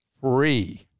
free